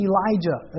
Elijah